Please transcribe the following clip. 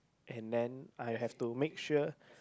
and then I have to make sure